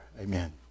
Amen